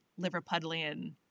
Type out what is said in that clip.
Liverpudlian